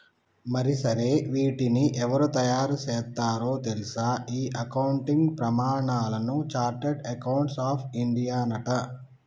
మరి సరే వీటిని ఎవరు తయారు సేత్తారో తెల్సా ఈ అకౌంటింగ్ ప్రమానాలను చార్టెడ్ అకౌంట్స్ ఆఫ్ ఇండియానట